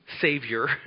savior